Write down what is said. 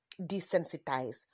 desensitize